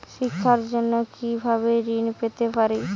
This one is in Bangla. শিক্ষার জন্য কি ভাবে ঋণ পেতে পারি?